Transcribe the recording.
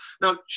Now